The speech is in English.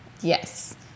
yes